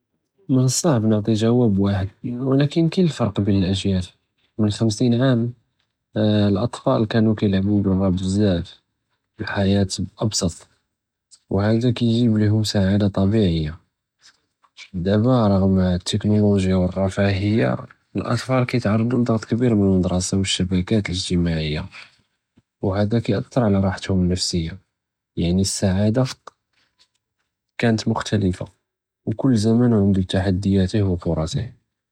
מן סאב נענטי ג'וואב ואחד, ולכּן קין אלפרק בין אלאג'יאל, מן חמסין עאם, אלאטפאל קאנו קילעבּו ברא בזאף, אלחייאה אפסת, וזה קייג'י בלמסאעדה אלטבעיה. דаба רגם אלטכנולגיה ואלרפאהיה, אלאטפאל קיתערדו לדרץ קביר מן אלמדראסה ואלשבקות אלאג'תמאעיה, וזה קייאת'ר על ראהתם אלנפסיה, יעני אלסאעה קנת מחתלפה וכל זמן ענדו תחדיאותו ופרסו.